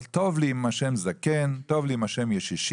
אז טוב לי עם השם זקן, טוב לי עם השם ישישים.